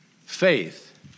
Faith